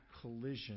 collision